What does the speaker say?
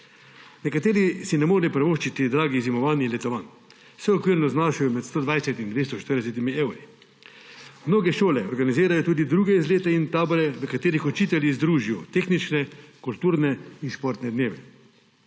Nekateri si ne morejo privoščiti dragih zimovanj in letovanj. Vsa okvirno znašajo med 120 in 240 evri. Mnoge šole organizirajo tudi druge izlete in tabore, v katerih učitelji združijo tehnične, kulturne in športne dneve.